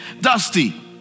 Dusty